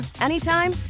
anytime